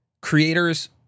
creators